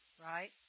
Right